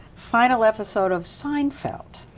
final episode of seinfeld?